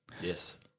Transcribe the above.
Yes